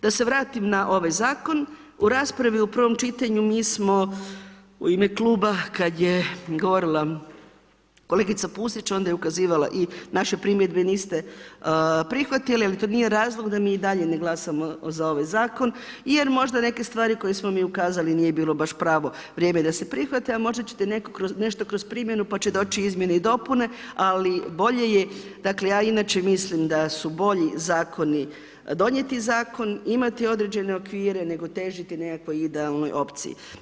Da se vratim na ovaj zakon, u raspravi u prvom čitanju, mi smo u ime kluba kad je govorila kolegica Pusić onda je ukazivala i naše primjedbe niste prihvatili, ali to nije razlog da mi i dalje ne glasamo za ovaj zakon jer možda neke stvari koje smo mi ukazali nije bilo baš pravo vrijeme da se prihvate, a možda ćete nešto kroz primjenu pa će doći izmjene i dopune, ali bolje je, dakle ja inače mislim da su bolji zakoni donijeti zakon, imati određene okvire, nego težiti nekakvoj idealnoj opciji.